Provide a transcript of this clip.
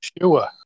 Sure